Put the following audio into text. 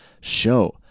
show